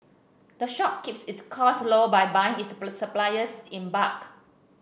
the shop keeps its costs low by buying its supplies in bulk